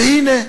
והנה,